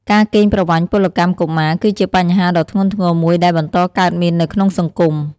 ការកេងប្រវ័ញ្ចពលកម្មកុមារ គឺជាបញ្ហាដ៏ធ្ងន់ធ្ងរមួយដែលបន្តកើតមាននៅក្នុងសង្គម។